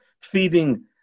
feeding